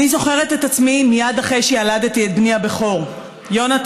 אני זוכרת את עצמי מייד אחרי שילדתי את בני הבכור יונתן,